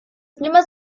plumas